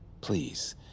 Please